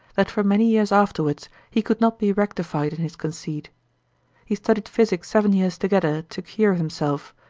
that for many years afterwards he could not be rectified in his conceit he studied physic seven years together to cure himself,